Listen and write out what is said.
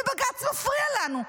ובג"ץ מפריע לנו.